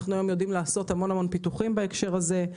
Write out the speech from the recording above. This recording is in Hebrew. אנחנו יודעים לעשות הרבה פיתוחים בהקשר הזה.